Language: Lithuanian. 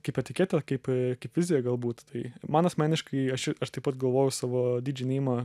kaip etiketę kaip kaip viziją galbūt tai man asmeniškai aš aš taip pat galvojau savo didži neimą